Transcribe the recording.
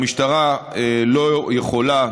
המשטרה לא יכולה,